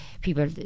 people